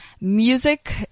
Music